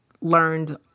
learned